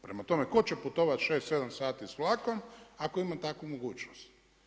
Prema tome tko će putovati 6, 7 sati s vlakom ako ima takvu mogućnost.